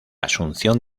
asunción